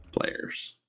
players